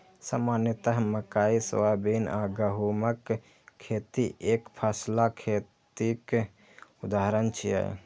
सामान्यतः मकइ, सोयाबीन आ गहूमक खेती एकफसला खेतीक उदाहरण छियै